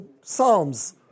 Psalms